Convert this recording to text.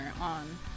on